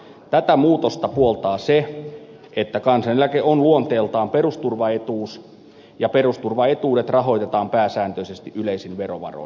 tätä muutosta puoltaa se että kansaneläke on luonteeltaan perusturvaetuus ja perusturvaetuudet rahoitetaan pääsääntöisesti yleisin verovaroin